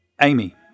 Amy